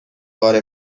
بار